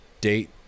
date